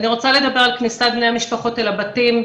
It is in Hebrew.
אני רוצה לדבר על כניסת בני המשפחות אל הבתים.